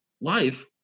life